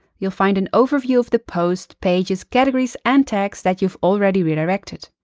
you'll find an overview of the posts, pages, categories and tags that you've already redirected.